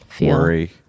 worry